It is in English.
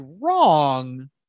wrong